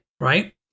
Right